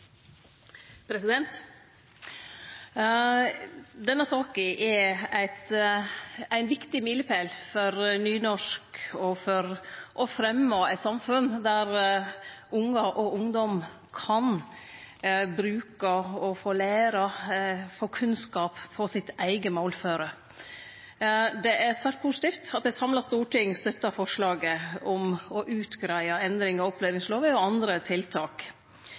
en taletid på inntil 3 minutter. Denne saka er ein viktig milepæl for nynorsk og for å fremje eit samfunn der ungar og ungdom kan bruke, lære og få kunnskap på si eiga målform. Det er svært positivt at eit samla storting støttar forslaget om å